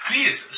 Please